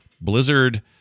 Blizzard